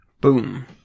Boom